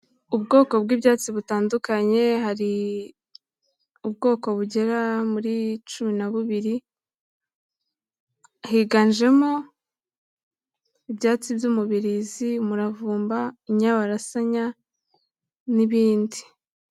Ubwoko bw'ibyatsi butandukanye hari, ubwoko bugera muri cumi na bubiri, higanjemo ibyatsi by'umubirizi, umuravumba, inyabarasanya, n'ibindi.